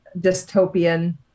dystopian